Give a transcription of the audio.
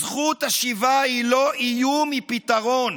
זכות השיבה היא לא איום, היא פתרון.